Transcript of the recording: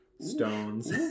stones